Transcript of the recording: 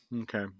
Okay